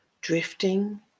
Drifting